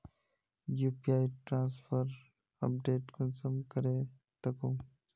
UPI transfer update कुंसम करे दखुम?